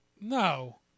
No